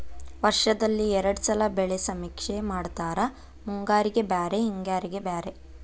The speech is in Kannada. ವರ್ಷದಲ್ಲಿ ಎರ್ಡ್ ಸಲಾ ಬೆಳೆ ಸಮೇಕ್ಷೆ ಮಾಡತಾರ ಮುಂಗಾರಿಗೆ ಬ್ಯಾರೆ ಹಿಂಗಾರಿಗೆ ಬ್ಯಾರೆ